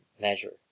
measure